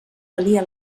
valia